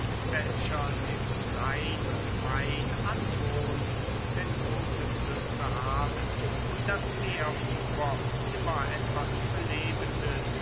welcher dem rhein und main anwohnt denn große flüsse haben wie das meeresufer immer etwas belebendes